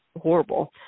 horrible